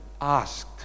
asked